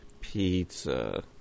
pizza